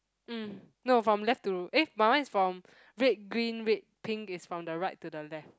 mm no from left to eh my one is from red green red pink is from the right to the left